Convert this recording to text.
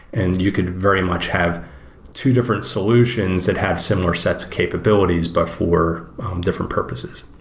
and you could very much have two different solutions that have similar sets of capabilities but for different purposes.